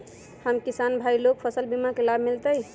हम किसान भाई लोग फसल बीमा के लाभ मिलतई?